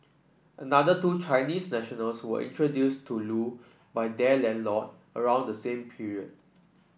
another two Chinese nationals were introduced to Loo by their landlord around the same period